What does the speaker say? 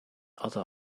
other